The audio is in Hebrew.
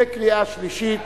בקריאה שלישית.